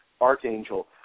Archangel